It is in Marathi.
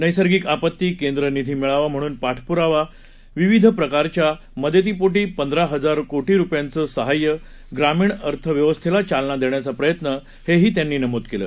नैसर्गिक आपत्ती केंद्र निधी मिळावा म्हणून पाठपूरावा विविध प्रकारच्या मदतीपोटी पंधरा हजार कोटी रुपयांचं सहाय्य ग्रामीण अर्थव्यवस्थेला चालना देण्याचा प्रयत्न हेही त्यांनी नमूद केलं